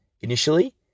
initially